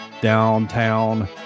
downtown